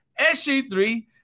SG3